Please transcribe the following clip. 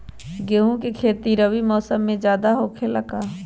गेंहू के खेती रबी मौसम में ज्यादा होखेला का?